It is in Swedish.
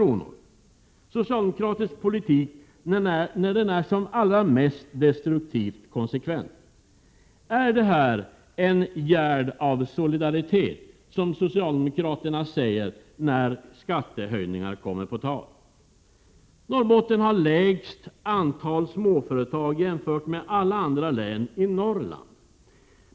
Det är socialdemokratisk politik när den är som allra mest destruktivt konsekvent. Är detta en gärd av solidaritet, som socialdemokraterna säger när skattehöjningar kommer på tal? Norrbotten har lägst antal småföretag jämfört med alla andra län i Norrland.